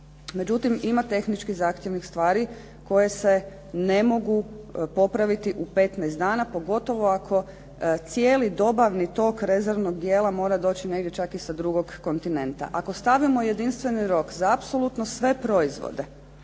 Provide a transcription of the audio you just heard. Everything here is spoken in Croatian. međutim ima tehnički zahtjevnih stvari koje se ne mogu popraviti u petnaest dana pogotovo ako cijeli dobavni tok rezervnog dijela mora doći negdje čak i sa drugog kontinenta. Ako stavimo jedinstveni rok za apsolutno sve proizvode